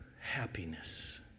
happiness